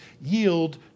yield